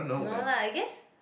no lah I guess